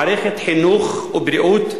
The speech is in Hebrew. מערכת חינוך ובריאות,